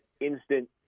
instant